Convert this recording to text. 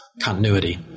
continuity